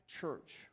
church